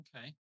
okay